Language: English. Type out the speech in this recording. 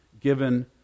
given